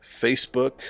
Facebook